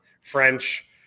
French